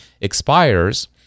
expires